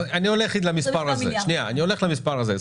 אני הולך למספר הזה.